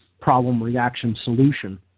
problem-reaction-solution